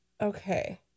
okay